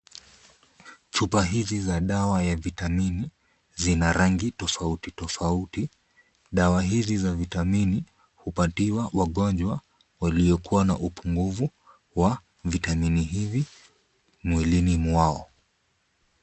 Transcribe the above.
Chupa hizi za dawa ya vitamini, zina rangi tofauti tofauti. Dawa hizi za vitamini hupatiwa wagonjwa waliokuwa na upungufu wa vitamini hizi mwilini mwao.